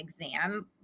exam